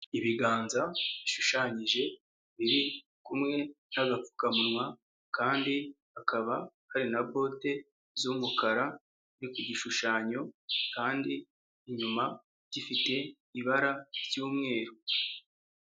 Ibiganza bishushanyije biri kumwe n'agapfukamunwa kandi hakaba hari na bote z'umukara, ni ku gishushanyo kandi inyuma gifite ibara ry'umweru.